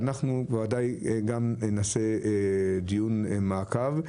אנחנו בטוחים שלהיות נהג זה מקצוע מועדף ונצרך,